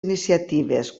iniciatives